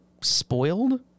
spoiled